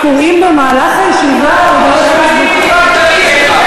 קוראים במהלך הישיבה הודעות פייסבוק.